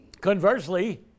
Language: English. conversely